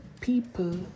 people